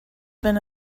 been